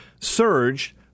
surged